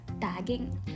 tagging